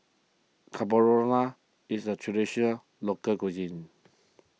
is a Traditional Local Cuisine